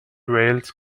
wales